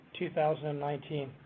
2019